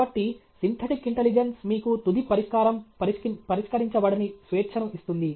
కాబట్టి synthetic intelligence మీకు తుది పరిష్కారం పరిష్కరించబడని స్వేచ్ఛను ఇస్తుంది